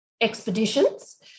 expeditions